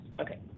Okay